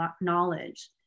knowledge